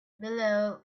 below